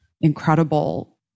incredible